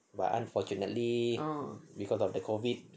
but unfortunately because of the COVID